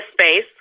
space